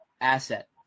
asset